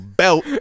belt